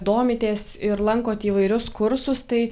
domitės ir lankot įvairius kursus tai